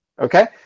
Okay